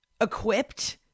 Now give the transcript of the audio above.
equipped –